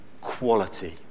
quality